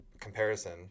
comparison